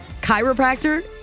chiropractor